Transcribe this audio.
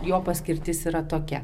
jo paskirtis yra tokia